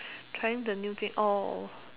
trying the new thing all